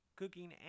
cooking